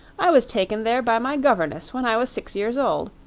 i was taken there by my governess when i was six years old.